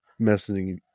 messaging